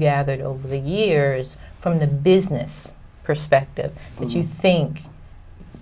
gathered over the years from the business perspective what you think